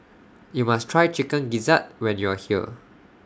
YOU must Try Chicken Gizzard when YOU Are here